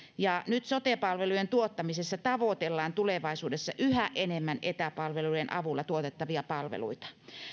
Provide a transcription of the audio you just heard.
ja nyt sote palvelujen tuottamisessa tavoitellaan tulevaisuudessa yhä enemmän etäpalveluiden avulla tuotettavia palveluita